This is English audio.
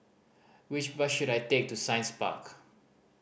which bus should I take to Science Park